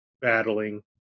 battling